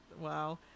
Wow